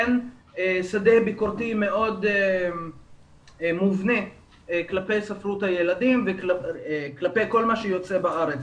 אין שדה ביקורתי מובנה כלפי ספרות הילדים וכלפי כל מה שיוצא בארץ.